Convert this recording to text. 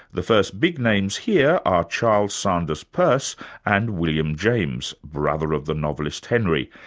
the first big names here are charles sanders pierce and william james, brother of the novelist henry.